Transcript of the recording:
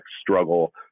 struggle